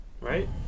right